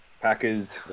Packers